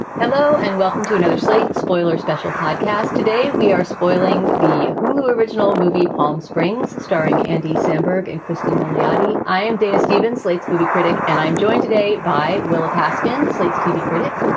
hello and welcome to another slate spoiler special podcast today. we are spoiling the hulu original movie palm springs starring andy samberg and cristin milioti. i am dana stevens, slate's movie critic, and i'm joined today by willa paskin, slate's tv critic.